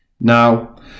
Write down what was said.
Now